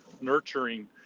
nurturing